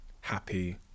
happy